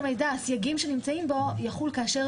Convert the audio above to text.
הסייגים הנמצאים בחוק חופש המידע יחולו כאשר